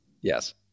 Yes